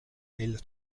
mille